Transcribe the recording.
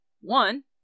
one